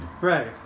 Right